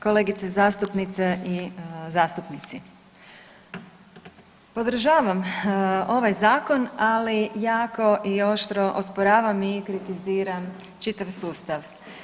Kolegice zastupnice i zastupnici, podržavam ovaj zakon ali jako i oštro osporavam i kritiziram čitav sustav.